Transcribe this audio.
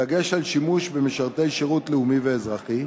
בדגש על שימוש במשרתים שירות לאומי ואזרחי,